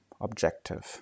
objective